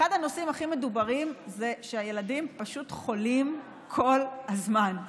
הוא שהילדים פשוט חולים כל הזמן.